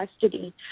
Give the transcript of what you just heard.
custody